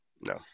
no